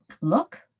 look